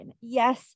yes